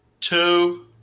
two